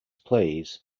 pleas